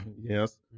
Yes